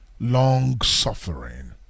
Long-suffering